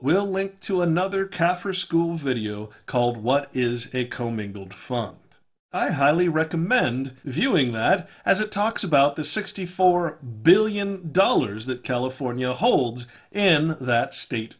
will link to another kaffir school video called what is a commingled fund i highly recommend viewing that as it talks about the sixty four billion dollars that california holds in that state